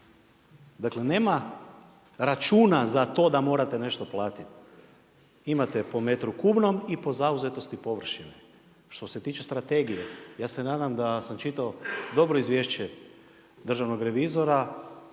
Dakle, nema računa za to da morate nešto platiti. Imate po metru kubnom i po zauzetosti površine. Što se tiče strategije, ja se nadam da sam čitao dobro izvješće državnog revizora.